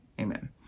Amen